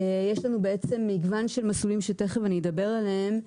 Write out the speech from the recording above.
יש לנו בעצם מגוון של מסלולים שתיכף אדבר עליהם,